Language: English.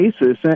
basis